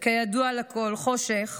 וכידוע לכול חושך